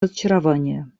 разочарования